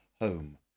home